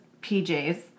PJs